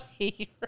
Right